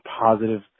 positive